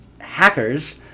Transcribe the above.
hackers